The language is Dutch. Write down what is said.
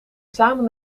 samen